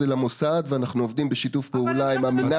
למוס"ל ואנחנו עובדים בשיתוף פעולה עם המינהל.